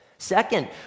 Second